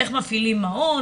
איך מפעילים מעון,